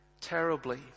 terribly